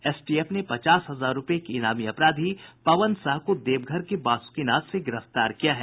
STF ने पचास हजार रूपये के इनामी अपराधी पवन साह को देवघर के बासुकीनाथ से गिरफ्तार किया है